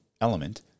element